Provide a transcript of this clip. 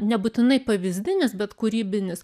nebūtinai pavyzdinis bet kūrybinis